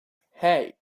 hey